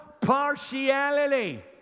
partiality